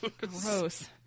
gross